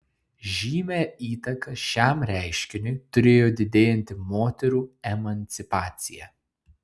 žymią įtaką šiam reiškiniui turėjo didėjanti moterų emancipacija